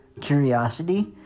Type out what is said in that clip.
curiosity